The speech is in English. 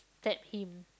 stab him